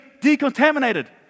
decontaminated